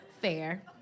Fair